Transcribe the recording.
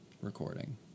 recording